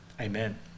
Amen